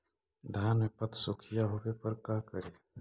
धान मे पत्सुखीया होबे पर का करि?